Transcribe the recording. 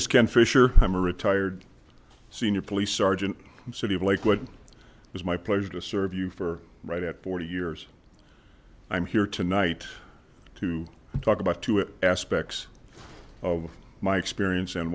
is ken fisher i'm a retired senior police sergeant and city of lakewood it was my pleasure to serve you for right at forty years i'm here tonight to talk about two it aspects of my experience and